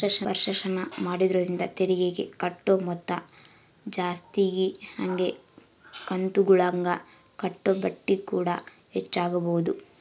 ವರ್ಷಾಶನ ಮಾಡೊದ್ರಿಂದ ತೆರಿಗೆಗೆ ಕಟ್ಟೊ ಮೊತ್ತ ಜಾಸ್ತಗಿ ಹಂಗೆ ಕಂತುಗುಳಗ ಕಟ್ಟೊ ಬಡ್ಡಿಕೂಡ ಹೆಚ್ಚಾಗಬೊದು